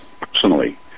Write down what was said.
personally